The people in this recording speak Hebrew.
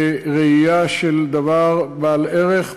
כראייה של דבר בעל ערך,